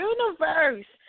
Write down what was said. Universe